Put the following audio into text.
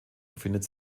befindet